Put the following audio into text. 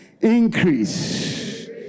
increase